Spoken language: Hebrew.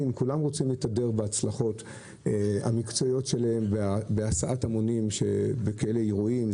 כולם רוצים להתהדר בהצלחות המקצועיות שלהם בהסעת המונים באירועים כאלה,